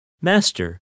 Master